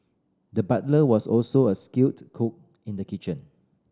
the butcher was also a skilled cook in the kitchen